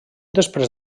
després